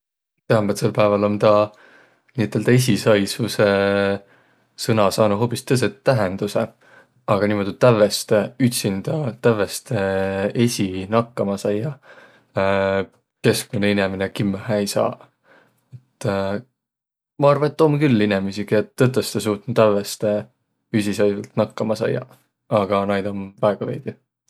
Täämbädsel pääväl om taa niiüteldäq esiqsaisvusõ sõna saanuq hoobis tõsõ tähenduse. Aga niimuudu tävveste ütsindä, tävveste esiq nakkama saiaq keskmäne inemine kimmähe ei saaq. Et maq arva, et om küll inemiisi, kiä tõtõstõ suutnuq tävveste esiqsaisvalt nakkama saiaq, aga näid om väega veidüq.